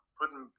Putting